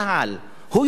הוא יודע הכול.